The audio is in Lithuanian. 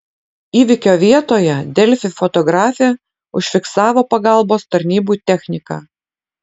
įvykio vietoje delfi fotografė užfiksavo pagalbos tarnybų techniką